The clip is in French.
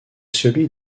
celui